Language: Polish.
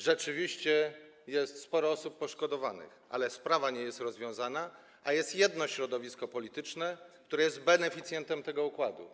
Rzeczywiście jest sporo osób poszkodowanych, ale sprawa nie jest rozwiązana, a jest jedno środowisko polityczne, które jest beneficjentem tego układu.